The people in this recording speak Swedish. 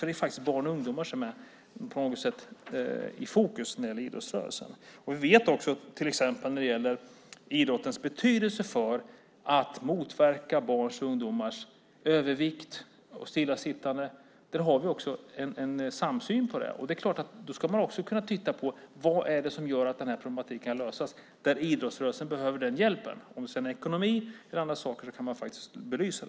Det är faktiskt barn och ungdomar som är i fokus när det gäller idrottsrörelsen. Vi vet också att idrotten har betydelse för att motverka barns och ungdomars övervikt och stillasittande. Där har vi också en samsyn. Då ska man också kunna titta på vad det är som gör att den här problematiken kan lösas och där idrottsrörelsen behöver den hjälpen. Ekonomi eller andra saker kan man faktiskt belysa.